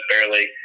barely